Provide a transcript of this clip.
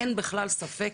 אין בכלל ספק,